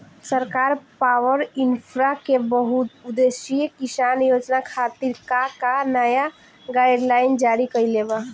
सरकार पॉवरइन्फ्रा के बहुउद्देश्यीय किसान योजना खातिर का का नया गाइडलाइन जारी कइले बा?